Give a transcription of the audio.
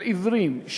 של עיוורים,